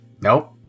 Nope